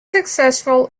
successful